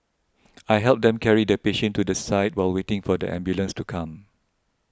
I helped them carry the patient to the side while waiting for the ambulance to come